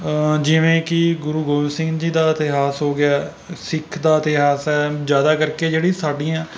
ਜਿਵੇਂ ਕਿ ਗੁਰੂ ਗੋਬਿੰਦ ਸਿੰਘ ਜੀ ਦਾ ਇਤਿਹਾਸ ਹੋ ਗਿਆ ਸਿੱਖ ਦਾ ਇਤਿਹਾਸ ਹੈ ਜ਼ਿਆਦਾ ਕਰਕੇ ਜਿਹੜੀਆਂ ਸਾਡੀਆਂ